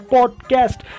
Podcast